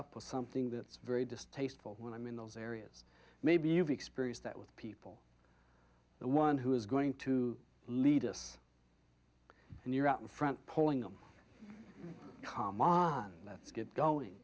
up with something that's very distasteful when i'm in those areas maybe you've experienced that with people the one who is going to lead us and you're out in front pulling them come on let's get going